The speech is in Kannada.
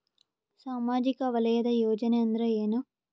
ಸಾಮಾಜಿಕ ವಲಯದ ಯೋಜನೆ ಅಂದ್ರ ಏನ?